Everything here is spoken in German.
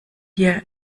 hier